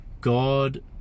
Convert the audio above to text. God